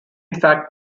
fact